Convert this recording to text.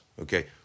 okay